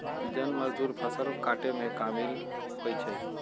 जन मजदुर फ़सल काटेमें कामिल होइ छइ